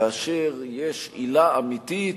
כאשר יש עילה אמיתית,